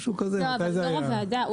יושב ראש הוועדה,